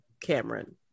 Cameron